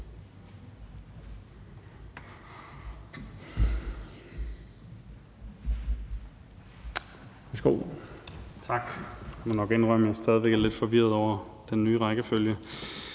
(SF): Tak. Jeg må nok indrømme, at jeg stadig er lidt forvirret over den nye rækkefølge.